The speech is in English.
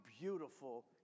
beautiful